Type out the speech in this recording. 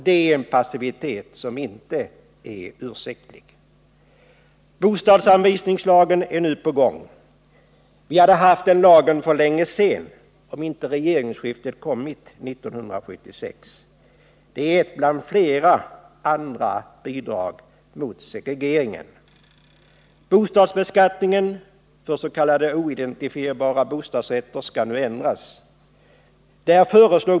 Den passiviteten är inte ursäktlig. Bostadsanvisningslagen är nu på gång. Vi hade haft den lagen för länge sedan om inte regeringsskiftet kommit 1976. Den är ett bland flera andra bidrag i arbetet mot segregeringen. Bostadsbeskattningen för s.k. oidentifierade bostadsrätter skall nu ändras.